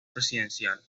presidencial